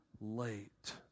late